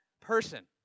person